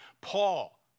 Paul